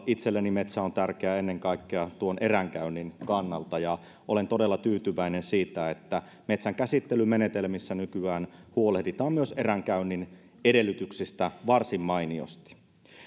itselleni metsä on tärkeää ennen kaikkea eränkäynnin kannalta ja olen todella tyytyväinen siitä että metsänkäsittelymenetelmissä nykyään huolehditaan myös eränkäynnin edellytyksistä varsin mainiosti